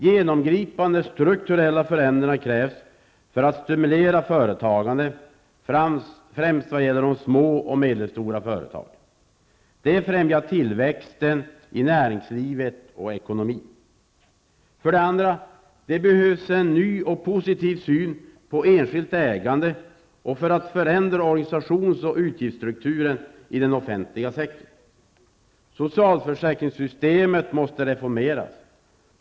Genomgripande strukturella förändringar krävs för att stimulera företagande, främst vad gäller de små och medelstora företagen. Det främjar tillväxten i näringslivet och ekonomin. 2. Det behövs en ny och positiv syn på enskilt ägande och för att förändra organisations och utgiftsstrukturen i den offentliga sektorn. Socialförsäkringssystemet måste reformeras.